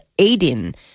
Aiden